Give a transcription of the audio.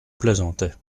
plaisantais